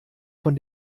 von